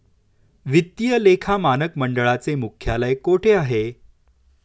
वित्तीय लेखा मानक मंडळाचे मुख्यालय कोठे आहे?